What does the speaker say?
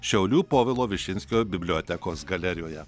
šiaulių povilo višinskio bibliotekos galerijoje